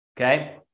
Okay